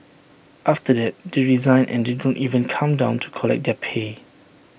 after that they resign and they don't even come down to collect their pay